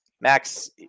Max